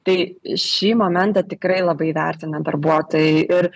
tai šį momentą tikrai labai vertina darbuotojai ir